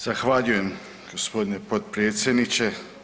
Zahvaljujem gospodine potpredsjedniče.